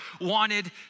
wanted